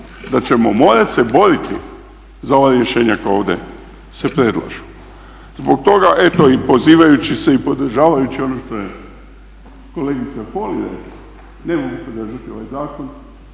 da ćemo morati se boriti za ova rješenja koja ovdje se predlažu. Zbog toga eto i pozivajući se i podržavajući ono što je kolegica Holy rekla ne mogu podržati ovaj zakon